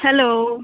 hello